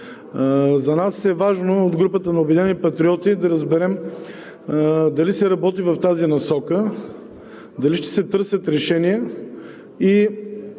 За нас е важно, от групата на „Обединени патриоти“, да разберем дали се работи в тази насока, дали ще се търсят решения?